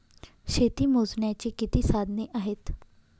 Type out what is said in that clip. शेती मोजण्याची किती साधने आहेत?